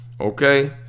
Okay